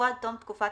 או עד תום תקופת